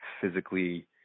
physically